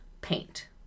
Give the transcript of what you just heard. paint